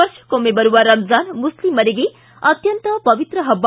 ವರ್ಷಕ್ಕೊಮ್ನೆ ಬರುವ ರಮಜಾನ್ ಮುಸ್ಲಿಮರಿಗೆ ಅತ್ಯಂತ ಪವಿತ್ರ ಪಬ್ಲ